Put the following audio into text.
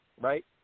right